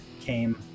came